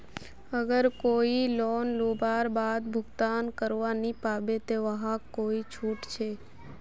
अगर कोई लोन लुबार बाद भुगतान करवा नी पाबे ते वहाक कोई छुट छे?